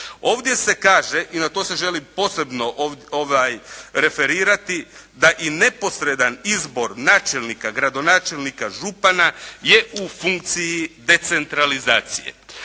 Ovdje se kaže i ovdje i na to se želim posebno referirati da i neposredan izbor načelnika, gradonačelnika, župana je u funkciji decentralizacije.